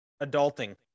adulting